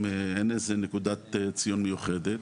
אין איזו נקודת ציון מיוחדת.